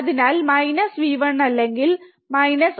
അതിനാൽ V1 അല്ലെങ്കിൽ R2 R1 V1